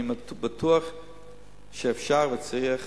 אני בטוח שאפשר וצריך